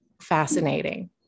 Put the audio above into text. fascinating